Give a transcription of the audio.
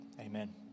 Amen